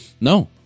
No